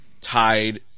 tied